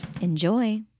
Enjoy